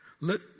Let